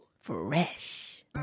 Fresh